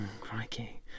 Crikey